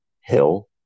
Hill